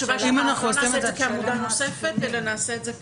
אנחנו לא נעשה את זה כעמודה נוספת אלא -- ואז